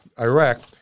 Iraq